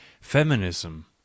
Feminism